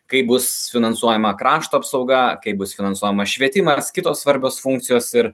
kaip bus finansuojama krašto apsauga kaip bus finansuojamas švietimas kitos svarbios funkcijos ir